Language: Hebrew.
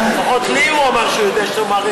לפחות לי הוא אמר שהוא יודע שאתה,